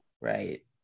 Right